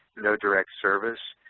no direct service.